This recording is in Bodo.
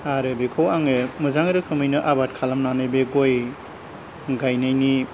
आरो बेखौ आङो मोजां रोखोमैनो आबाद खालामनानै बे गय गायनायनि